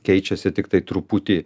keičiasi tiktai truputį